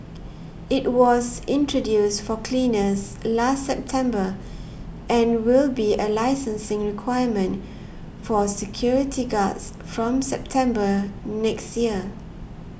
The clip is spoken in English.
it was introduced for cleaners last September and will be a licensing requirement for security guards from September next year